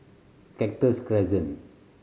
Cactus Crescent